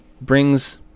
brings